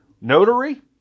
Notary